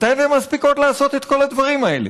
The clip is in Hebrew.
מתי אתן מספיקות לעשות את כל הדברים האלה?